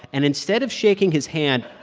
and instead of shaking his hand,